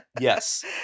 Yes